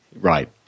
Right